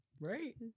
Right